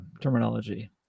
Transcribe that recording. terminology